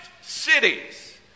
cities